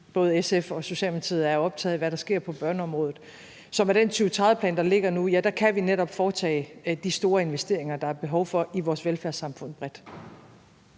både SF og Socialdemokratiet, er optaget af, hvad der sker på børneområdet. Så med den 2030-plan, der ligger nu, kan vi netop foretage de store investeringer, der er behov for, bredt i vores velfærdssamfund.